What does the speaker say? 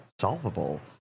solvable